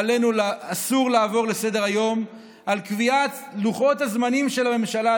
אסור לעבור לסדר-היום על קביעת לוחות הזמנים של הממשלה,